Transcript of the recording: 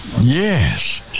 Yes